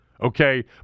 Okay